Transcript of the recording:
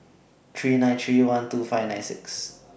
three nine three one two five nine six